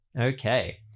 Okay